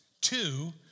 two